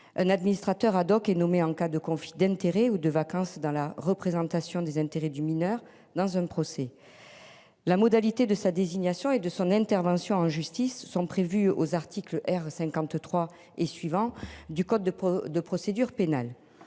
Un administrateur ad hoc est nommé en cas de conflit d'intérêts ou de vacances dans la représentation des intérêts du mineur dans un procès. La modalité de sa désignation et de son intervention en justice sont prévus aux articles R. 53 et suivants du code de procédure pénale.